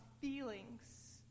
feelings